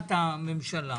בקשת הממשלה